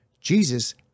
Jesus